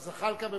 גם זחאלקה מבין,